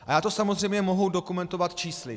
A já to samozřejmě mohu dokumentovat čísly.